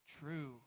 true